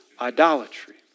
idolatry